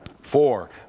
Four